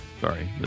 Sorry